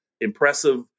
impressive